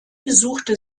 besuchte